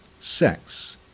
Sex